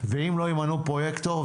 ואם לא ימנו פרויקטור,